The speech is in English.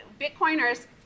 Bitcoiners